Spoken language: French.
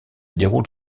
déroule